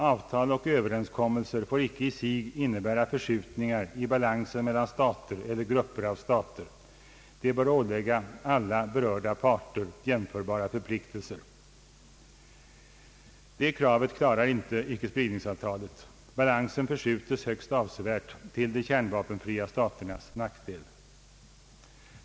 Avtal och överenskommelser får icke i sig innebära förskjutningar i balansen mellan stater eller grupper av stater. De bör ålägga alla berörda parter jämförbara förpliktelser.» Det kravet klarar inte icke-spridningsavtalet. Balansen förskjutes högst avsevärt till de kärnvapenfria staternas nackdel.